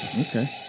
Okay